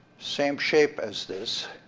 same shape as this.